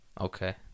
Okay